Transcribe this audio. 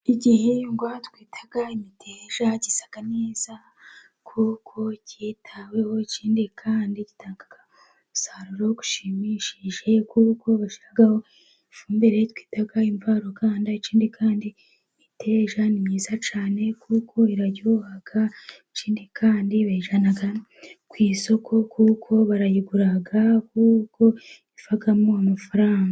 Igihingwa twita imiteja gisa neza kuko cyitaweho, ikindi kandi gitanga umusaruro ushimishije kuko bashiiraho ifumbire twita imvaruganda, ikindi kandi imiteja ni myiza cyane kuko iraryoha cyane, kandi bayijyana ku isoko, kuko barayigura, kuko ivamo amafaranga.